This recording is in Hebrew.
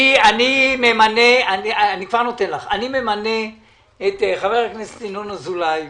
אני ממנה את חבר הכנסת ינון אזולאי,